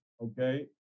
okay